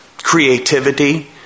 creativity